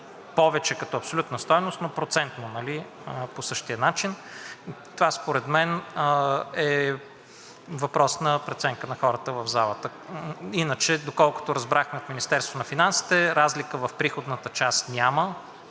повече като абсолютна стойност, но процентно по същия начин. Това според мен е въпрос на преценка на хората в залата. Иначе, доколкото разбрахме, в Министерството на финансите няма особена разлика в приходната част.